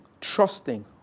trusting